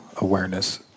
awareness